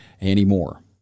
anymore